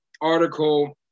article